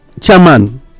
chairman